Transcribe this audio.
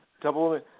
Double